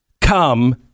come